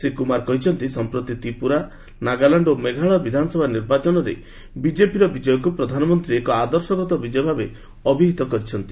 ଶ୍ରୀ କୁମାର କହିଛନ୍ତି ସମ୍ପ୍ରତି ତ୍ରିପୁରା ନାଗାଲ୍ୟାଣ୍ଡ ଓ ମେଘାଳୟ ବିଧାନସଭା ନିର୍ବାଚନରେ ବିଜେପିର ବିଜୟକୁ ପ୍ରଧାନମନ୍ତ୍ରୀ ଏକ ଆଦର୍ଶଗତ ବିଜୟ ଭାବେ ଅଭିହିତ କରିଛନ୍ତି